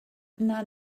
not